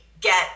get